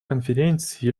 конференции